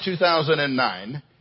2009